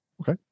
Okay